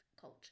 culture